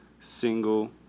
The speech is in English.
single